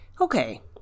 Okay